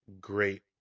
great